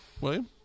William